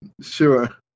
Sure